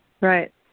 Right